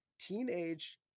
teenage